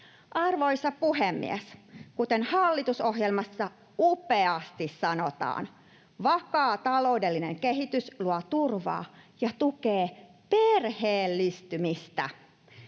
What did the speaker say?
Arvoisa puhemies! Kuten hallitusohjelmassa upeasti sanotaan, vakaa taloudellinen kehitys luo turvaa ja tukee perheellistymistä.